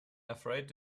afraid